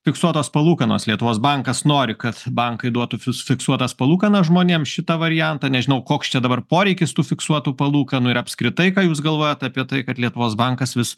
fiksuotos palūkanos lietuvos bankas nori kad bankai duotų fiksuotas palūkanas žmonėm šitą variantą nežinau koks čia dabar poreikis tų fiksuotų palūkanų ir apskritai ką jūs galvojat apie tai kad lietuvos bankas vis